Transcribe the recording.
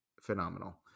phenomenal